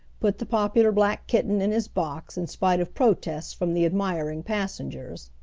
put the popular black kitten in his box in spite of protests from the admiring passengers.